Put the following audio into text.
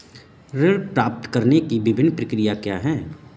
ऋण प्राप्त करने की विभिन्न प्रक्रिया क्या हैं?